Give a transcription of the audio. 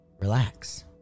relax